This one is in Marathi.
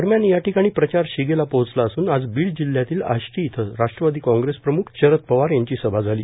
दरम्यान या ठिकाणी प्रचार शिगेला पोहचला असून आज बीड जिल्हयातील आष्ठी इथं राष्ट्रवादी कॉग्रेस प्रमुख शरद पवार यांची सभा झाली